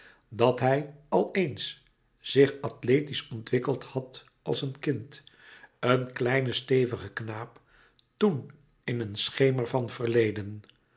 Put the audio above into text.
dat hij al éens zich athletisch ontwikkeld had als een kind een kleine stevige knaap toen in een schemer van verleden